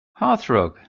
hearthrug